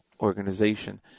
organization